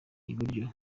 iburyo